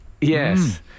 Yes